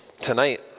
tonight